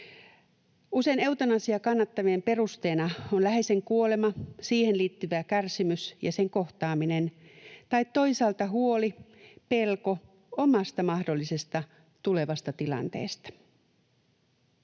Usein eutanasiaa kannattavien perusteena on läheisen kuolema, siihen liittyvä kärsimys ja sen kohtaaminen tai toisaalta huoli, pelko omasta mahdollisesta tulevasta tilanteesta.